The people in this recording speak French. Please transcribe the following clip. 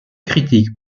critiques